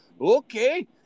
okay